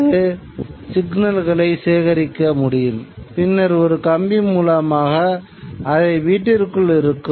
பொதுவாக இந்தியாவில் தொலைக்காட்சி ஒளிபரப்பு தொடங்கியபோது அவை குறிப்பிட்ட இடங்களில் மட்டுமே தொடங்கப்பட்டிருக்கும்